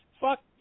Fuck